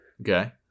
Okay